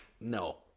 No